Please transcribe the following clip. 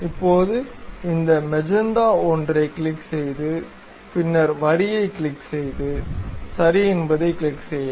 இப்போது இந்த மெஜந்தா ஒன்றைக் கிளிக் செய்து பின்னர் வரியைக் கிளிக் செய்து சரி என்பதைக் கிளிக் செய்யவும்